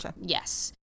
Yes